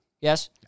Yes